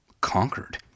conquered